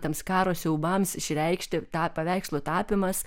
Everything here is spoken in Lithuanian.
tiems karo siaubams išreikšti tą paveikslo tapymas